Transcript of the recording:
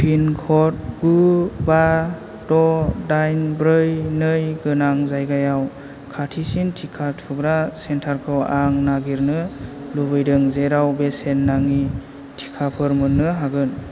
pin code गु बा द' दाइन ब्रै नै गोनां जायगायाव खाथिसिन टिका थुग्रा सेन्टारखौ आं नागिरनो लुबैदों जेराव बेसेन नाङि टिकाफोर मोन्नो हागोन